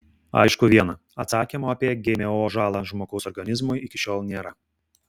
aišku viena atsakymo apie gmo žalą žmogaus organizmui iki šiol nėra